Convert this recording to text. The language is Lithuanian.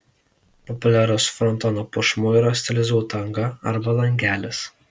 populiarus frontono puošmuo yra stilizuota anga arba langelis